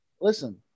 Listen